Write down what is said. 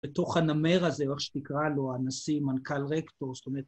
‫בתוך הנמר הזה, או איך שנקרא לו, ‫הנשיא, מנכל רקטור, זאת אומרת...